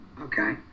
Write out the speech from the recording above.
Okay